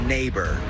Neighbor